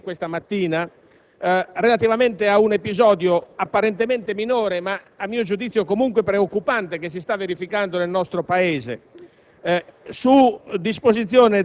che le agenzie di stampa stanno battendo questa mattina relativamente ad un episodio apparentemente minore ma, a mio giudizio, comunque preoccupante che si sta verificando nel nostro Paese.